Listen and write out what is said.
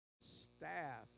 staff